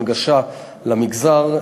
הנגשה למגזר,